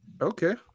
Okay